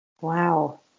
Wow